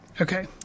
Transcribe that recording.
Okay